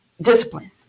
discipline